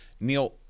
Neil